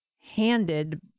handed